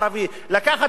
לקחת בני-נוער,